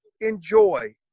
enjoy